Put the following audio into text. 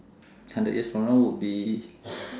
hundred years from now would be